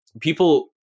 people